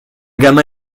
gamin